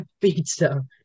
pizza